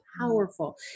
powerful